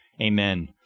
Amen